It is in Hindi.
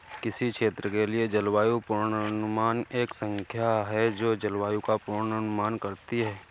किसी क्षेत्र के लिए जलवायु पूर्वानुमान एक संस्था है जो जलवायु का पूर्वानुमान करती है